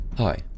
Hi